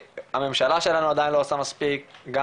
הממשלה שלנו עדיין לא עושה מספיק גם